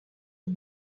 aux